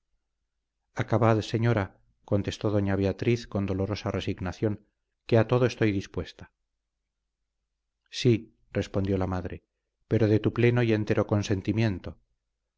acabad señora contestó doña beatriz con dolorosa resignación que a todo estoy dispuesta sí respondió la madre pero de tu pleno y entero consentimiento